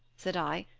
said i,